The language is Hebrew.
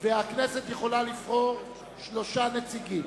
והכנסת יכולה לבחור שלושה נציגים.